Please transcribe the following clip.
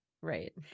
Right